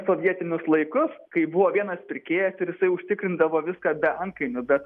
sovietinius laikus kai buvo vienas pirkėjas ir jisai užtikrindavo viską be antkainių bet